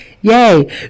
Yay